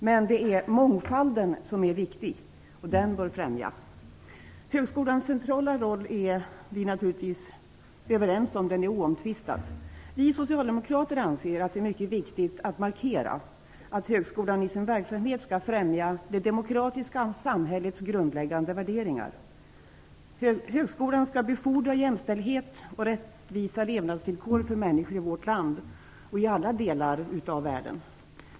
Men det är mångfalden som är viktig, och den bör främjas. Högskolans centrala roll är - det är vi naturligtvis överens om - oomtvistad. Vi socialdemokrater anser att det är mycket viktigt att markera att högskolan i sin verksamhet skall främja det demokratiska samhällets grundläggande värderingar. Högskolan skall befordra jämställdhet och rättvisa levnadsvillkor för människor i vårt land och i alla delar av världen.